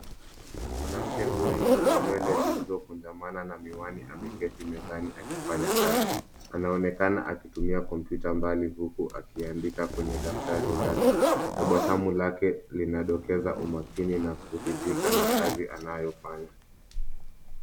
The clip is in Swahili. Mwanamke huyu mwenye nywele zilizokunjamana na miwani ameketi mezani akifanya kazi. Anaonekana akitumia kompyuta mbali huku akiandika kwenye daftari wazi. Tabasamu lake linadokeza umakini na kuridhika na kazi anayofanya.